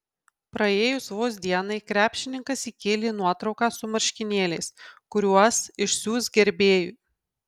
praėjus vos dienai krepšininkas įkėlė nuotrauką su marškinėliais kuriuos išsiųs gerbėjui